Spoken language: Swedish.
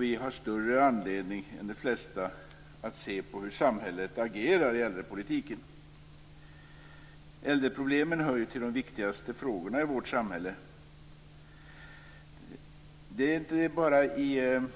Vi har större anledning än de flesta att se på hur samhället agerar i äldrepolitiken. Äldreproblemen hör ju till de viktigaste frågorna i vårt samhälle. Det är inte bara i fråga om